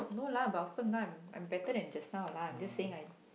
no lah but of course now I'm I'm better than just now lah I'm just saying I